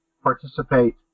participate